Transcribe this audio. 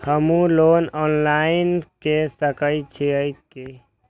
हमू loan online के सके छीये की?